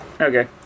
Okay